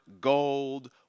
gold